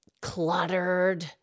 cluttered